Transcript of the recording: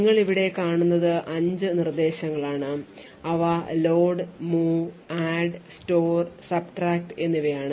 നിങ്ങൾ ഇവിടെ കാണുന്നത് 5 നിർദ്ദേശങ്ങളാണ് അവ load move add store subtract എന്നിവയാണ്